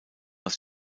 aus